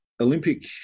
Olympic